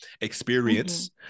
experience